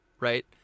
Right